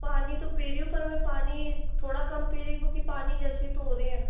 पानी तो पी रही हूँ पर मैं पानी थोड़ा कम पी रही क्योंकि पानी जैसी तो हो रही है